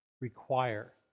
require